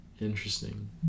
Interesting